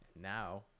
Now